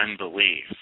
unbelief